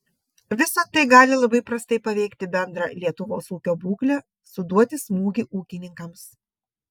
visa tai gali labai prastai paveikti bendrą lietuvos ūkio būklę suduoti smūgį ūkininkams